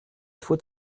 faut